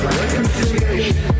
reconciliation